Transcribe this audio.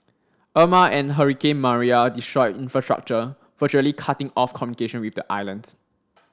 Irma and hurricane Maria destroyed infrastructure virtually cutting off communication with the islands